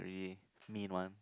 really mean one